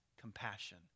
compassion